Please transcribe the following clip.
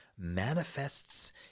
Manifests